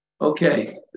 Okay